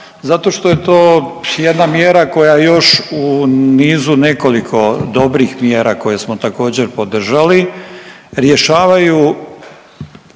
zato što je to jedna mjera koja je još u nizu nekoliko dobrih mjera koje smo također podržali, rješavaju